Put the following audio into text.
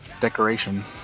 decoration